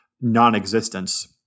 non-existence